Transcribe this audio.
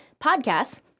podcasts